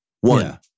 one